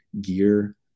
gear